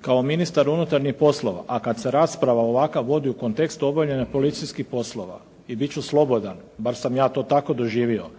kao ministar unutarnjih poslova a kad se rasprava ovakva vodi u kontekstu obavljanja policijskih poslova i bit ću slobodan, bar sam ja to tako doživio,